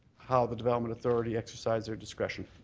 how the development authority exercise their discretion.